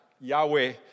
Yahweh